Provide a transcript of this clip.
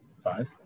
five